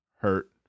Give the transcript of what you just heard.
hurt